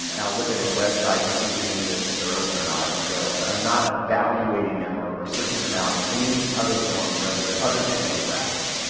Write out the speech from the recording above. um i'll look at it's website and see what the menu is and if they're open or not and go. but i'm not evaluating them or searching them out in any other form rather other than geographical.